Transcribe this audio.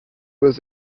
was